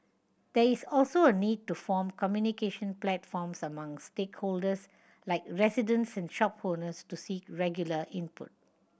there is also a need to form communication platforms among stakeholders like residents and shop owners to seek regular input